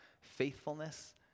faithfulness